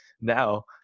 now